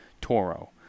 Toro